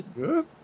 Good